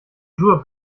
jour